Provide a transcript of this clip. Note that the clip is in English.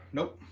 Nope